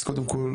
אז קודם כל,